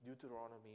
Deuteronomy